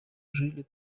жили